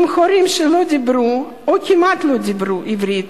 עם הורים שלא דיברו או כמעט שלא דיברו עברית,